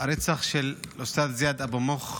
הרצח של זיאד אבו מוך,